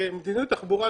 מדיניות התחבורה,